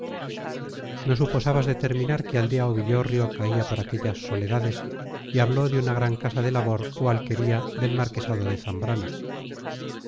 no supo sabas determinar qué aldea o villorrio caía por aquellas soledades y habló de una gran casa de labor o alquería del marquesado de zambrana